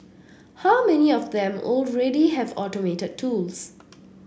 how many of them already have automated tools